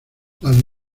las